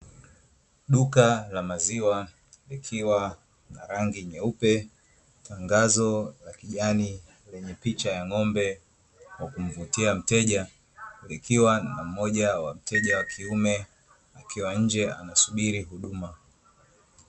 Duka la maziwa likiwa na rangi nyeupe tangazo la kijani lenye picha ya ngo'mbe ya kumvutia mteja ikiwa na mmoja wa mteja wa kiume akiwa nje anasubiri huduma.